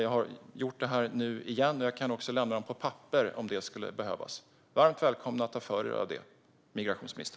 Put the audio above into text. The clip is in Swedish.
Jag gjorde det här nu igen, och jag kan också lämna dem på papper om det behövs. Migrationsministern är varmt välkommen att ta för sig!